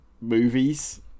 movies